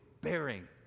bearing